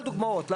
מה שיש.